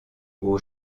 aux